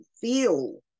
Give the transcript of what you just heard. feel